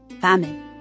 famine